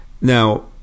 Now